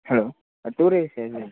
hello ah tourist ஏஜெ